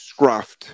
scruffed